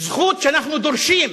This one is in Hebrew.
זכות שאנחנו דורשים,